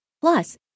Plus